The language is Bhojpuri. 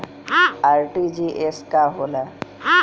आर.टी.जी.एस का होला?